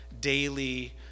daily